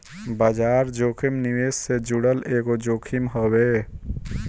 बाजार जोखिम निवेश से जुड़ल एगो जोखिम हवे